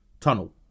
Tunnel